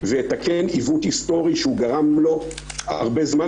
יתקן עיוות היסטורי שהוא גרם לו הרבה זמן